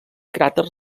cràter